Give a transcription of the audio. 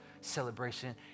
celebration